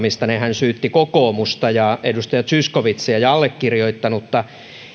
syytti kokoomusta ja edustaja zyskowiczia ja allekirjoittanutta